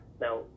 now